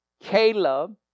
Caleb